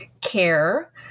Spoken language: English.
care